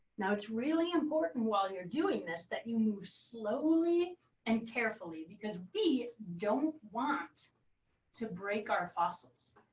now it's really important while you're doing this, that you move slowly and carefully, because we don't want to break our fossils.